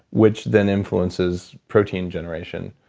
which then influences protein generation.